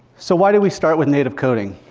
so why did we start with native coding?